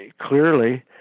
clearly